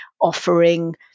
offering